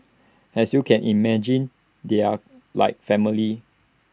as you can imagine they are like family